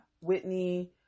whitney